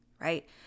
right